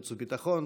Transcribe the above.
חוץ וביטחון,